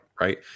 Right